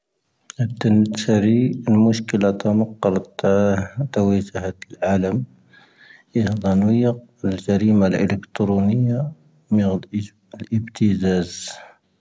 ⴰⴱⵜⴻⵏ ⵏⵉⵏⵙⴰⵔⵉ, ⵏⵎⵡⵉⵙⵀⴽⵉⵍⴰⵜⴰ ⵎⵇⴰⵍⴰⵜⴰ ⵜⴰⵡⵉⵙⴰⵀⴰⵜ ⴰⵍ ⴰⵍⴰⵎ, ⵢⵉⵀⴷⴰⵏⵡⴻⵢⴰⴽ ⴰⵍ ⵊⴰⵔⴻⴻⵎ ⴰⵍ ⴻⵍⴻⴽⵜⵔoⵏⵉⴰ ⵎⴻⵡⴰⴷ ⵉⴱⵜⵉⵣⴰⵣ.